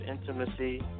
intimacy